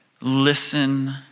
listen